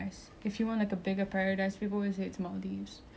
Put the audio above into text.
and stuff like that but I actually wanted to go dubai